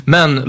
Men